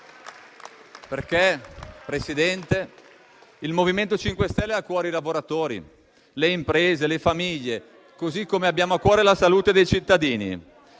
Signor Presidente, il MoVimento 5 Stelle ha a cuore i lavoratori, le imprese, le famiglie, così come abbiamo a cuore la salute dei cittadini.